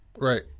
Right